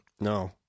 No